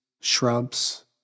shrubs